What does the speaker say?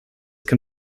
can